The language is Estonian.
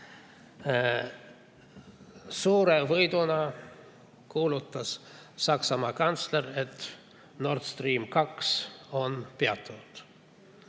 Suure võiduna kuulutas Saksamaa kantsler, et Nord Stream 2 on peatatud.